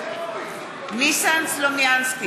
ניסן סלומינסקי,